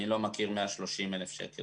אני לא מכיר 130,000 שקל.